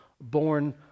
born